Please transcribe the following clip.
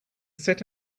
set